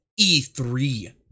E3